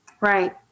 Right